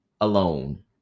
alone